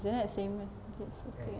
isn't that same meh same thing right